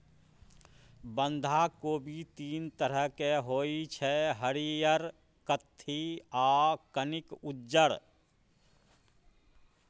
बंधा कोबी तीन तरहक होइ छै हरियर, कत्थी आ कनिक उज्जर